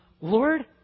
Lord